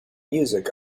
music